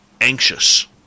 anxious